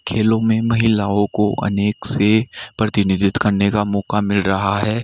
खेलों में महिलाओं को अनेक से प्रतिनिधित्व करने का मौका मिल रहा है